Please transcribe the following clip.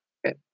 Okay